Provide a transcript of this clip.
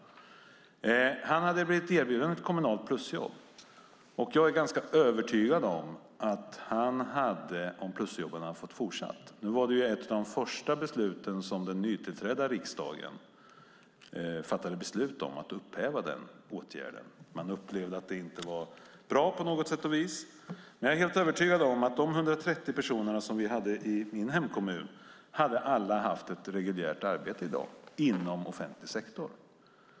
Han hade blivit erbjuden ett kommunalt plusjobb. Att upphäva plusjobben var en de första beslut som den nytillträdda riksdagen fattade. Man upplevde att det inte var bra på något sätt. Jag är dock helt övertygad om att de 130 personer som hade plusjobb i min hemkommun annars skulle ha haft ett reguljärt arbete i dag inom den offentliga sektorn.